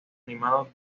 animado